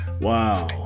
Wow